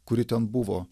kuri ten buvo